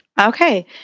Okay